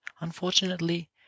Unfortunately